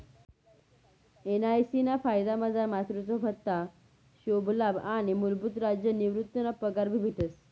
NIC ना फायदामझार मातृत्व भत्ता, शोकलाभ आणि मूलभूत राज्य निवृतीना पगार भी भेटस